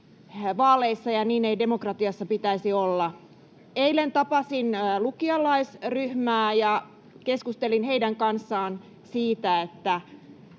vaaleissa, ja niin ei demokratiassa pitäisi olla. Eilen tapasin lukiolaisryhmää ja keskustelin heidän kanssaan siitä, että